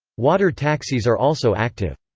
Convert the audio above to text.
water taxis are also active.